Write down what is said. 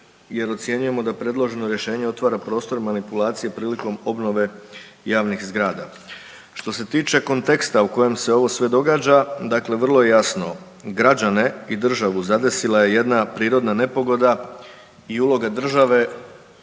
jer ocjenjujemo da predloženo rješenje otvora prostor manipulacije prilikom obnove javnih zgrada. Što se tiče konteksta u kojem se ovo sve događa, dakle vrlo je jasno, građane i državu zadesila je jedna prirodna nepogoda i uloga države